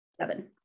Seven